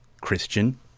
Christian